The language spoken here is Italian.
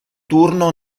turno